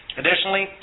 Additionally